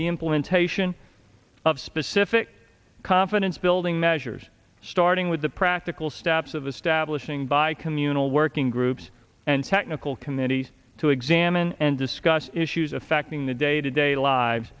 the implementation of specific confidence building measures starting with the practical steps of establishing by communal working groups and technical committees to examine and discuss issues affecting the day to day lives